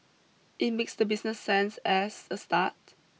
it makes the business sense as a start